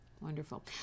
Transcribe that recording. Wonderful